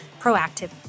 proactive